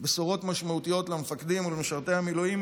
בשורות משמעותיות למפקדים ולמשרתי המילואים,